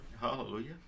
hallelujah